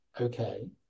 okay